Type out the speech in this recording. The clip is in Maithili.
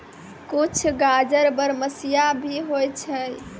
कुछ गाजर बरमसिया भी होय छै